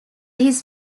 his